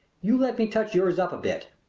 you let me touch yours up a bit.